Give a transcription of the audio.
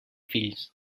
fills